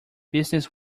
business